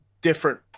different